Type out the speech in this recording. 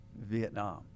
Vietnam